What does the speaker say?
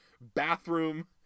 bathroom